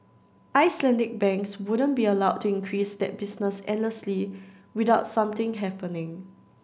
Icelandic banks wouldn't be allowed to increase that business endlessly without something happening